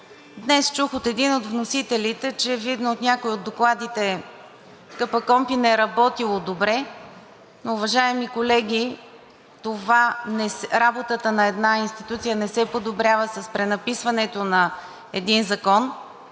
Днес чух от един от вносителите, че видно от някои от докладите, КПКОНПИ не работело добре. Но, уважаеми колеги, работата на една институция не се подобрява с пренаписването на един закон,